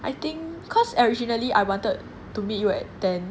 I think cause originally I wanted to meet you at ten